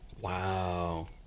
Wow